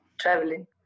traveling